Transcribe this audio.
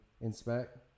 Inspect